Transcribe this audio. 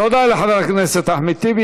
תודה לחבר הכנסת אחמד טיבי.